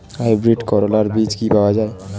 Hybrid করলার বীজ কি পাওয়া যায়?